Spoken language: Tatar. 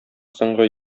соңгы